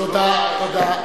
תודה.